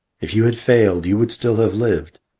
if you had failed, you would still have lived,